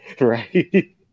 Right